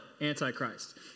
Antichrist